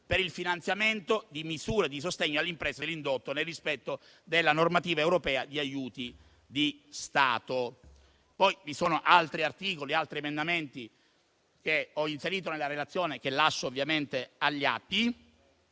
per il finanziamento di misure di sostegno alle imprese dell'indotto, nel rispetto della normativa europea di aiuti di Stato. Poi vi sono altri articoli e altri emendamenti che ho inserito nella relazione che lascio ovviamente agli atti.